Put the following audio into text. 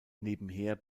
nebenher